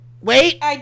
Wait